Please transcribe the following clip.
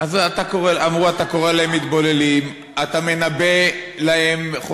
אמרו: אתה קורא להם מתבוללים,